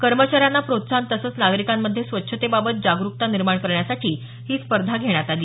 कर्मचाऱ्यांना प्रोत्साहन तसंच नागरीकांमध्ये स्वच्छतेबाबत जागरुकता निर्माण करण्यासाठी ही स्पर्धा घेण्यात आली